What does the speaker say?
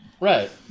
right